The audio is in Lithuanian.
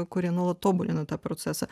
kurie nuolat tobulina tą procesą